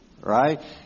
Right